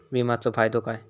विमाचो फायदो काय?